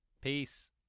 Peace